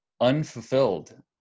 unfulfilled